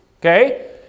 okay